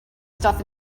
stuff